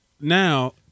Now